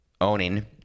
owning